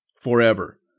Forever